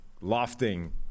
lofting